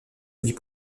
avis